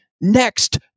next